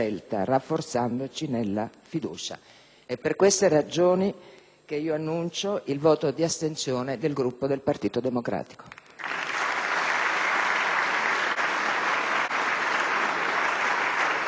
che annuncio il voto di astensione del Gruppo del Partito Democratico.